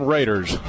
Raiders